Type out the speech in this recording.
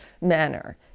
manner